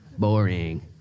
Boring